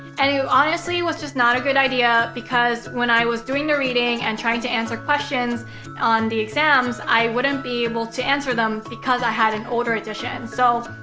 and, it honestly was just not a good idea because when i was doing the reading and trying to answer questions on the exams, i wouldn't be able to answer them because i had an older edition. so,